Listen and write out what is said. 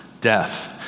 death